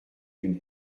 d’une